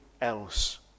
else